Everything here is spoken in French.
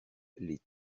les